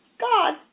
God